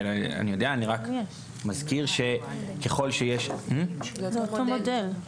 זה אותו מודל.